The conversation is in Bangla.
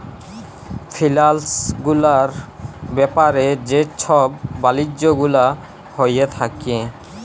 ফিলালস গুলার ব্যাপারে যে ছব বালিজ্য গুলা হঁয়ে থ্যাকে